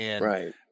Right